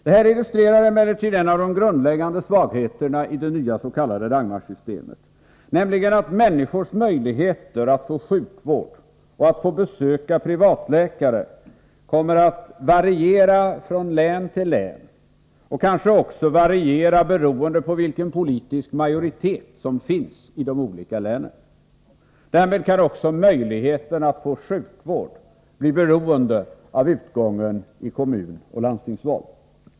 Detta illustrerar emellertid en av de grundläggande svagheterna i det nya s.k. Dagmarsystemet, nämligen att människors möjligheter att få sjukvård och att få besöka privatläkare kommer att variera från län till län och kanske också variera beroende på vilken politisk majoritet som finns i de olika länen. Därmed kan också möjligheten att få sjukvård bli beroende av utgången av landstingsoch kommunalvalen.